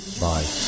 Bye